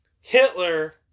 Hitler